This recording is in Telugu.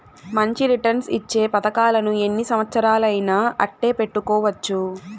మంచి రిటర్న్స్ ఇచ్చే పతకాలను ఎన్ని సంవచ్చరాలయినా అట్టే పెట్టుకోవచ్చు